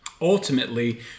ultimately